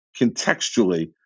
contextually